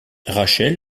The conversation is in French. rachel